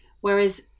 whereas